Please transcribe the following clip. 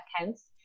accounts